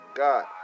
God